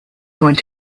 going